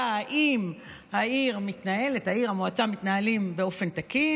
זה היה: האם העיר או המועצה מתנהלים באופן תקין?